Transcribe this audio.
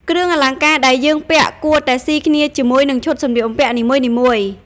គ្រឿងអលង្ការដែលយើងពាក់គួរតែស៊ីគ្នាជាមួយនឹងឈុតសម្លៀកបំពាក់នីមួយៗ ។